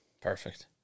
Perfect